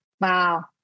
Wow